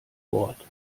wort